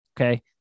okay